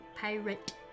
pirate